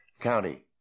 county